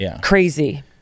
crazy